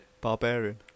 Barbarian